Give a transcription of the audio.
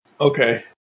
Okay